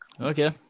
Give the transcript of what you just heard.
okay